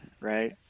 right